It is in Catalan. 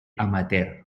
amateur